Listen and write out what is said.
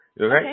Okay